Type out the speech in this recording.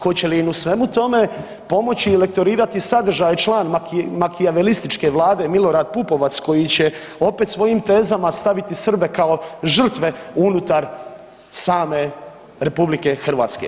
Hoće li im u svemu tome pomoći i lektorirati sadržaj član makijavelističke Vlade, Milorad Pupovac, koji će opet svojim tezama staviti Srbe kao žrtve unutar same RH.